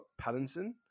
Pattinson